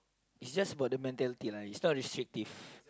it's just about the mentality lah it's not restrictive